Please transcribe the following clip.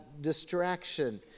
distraction